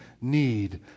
need